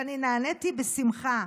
ואני נעניתי בשמחה.